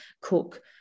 cook